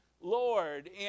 Lord